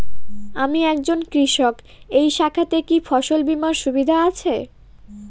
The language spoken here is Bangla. আমি একজন কৃষক এই শাখাতে কি ফসল বীমার সুবিধা আছে?